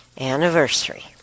anniversary